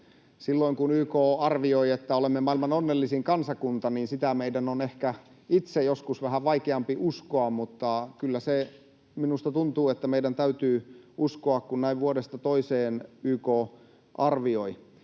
Sitä, että YK arvioi, että olemme maailman onnellisin kansakunta, meidän on ehkä itse joskus vähän vaikeampi uskoa, mutta kyllä minusta tuntuu, että meidän täytyy se uskoa, kun näin vuodesta toiseen YK arvioi.